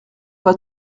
pas